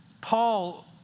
Paul